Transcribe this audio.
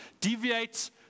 deviates